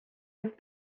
had